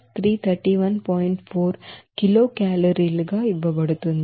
4 కిలోకేలరీలు ఇవ్వబడుతుంది